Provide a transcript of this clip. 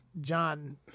John